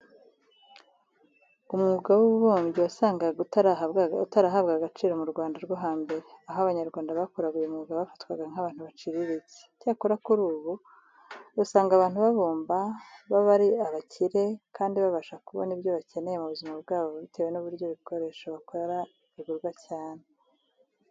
Umwuga w'ububumbyi wasangaga utarahabwaga agaciro mu Rwanda rwo hambere, aho Abanyarwanda bakoraga uyu mwuga bafatwaga nk'abantu baciriritse. Icyakora kuri ubu usanga abantu babumba baba ari abakire kandi babasha kubona ibyo bakeneye mu buzima bwabo bitewe n'uburyo ibikoresho bakora bigurwa cyane.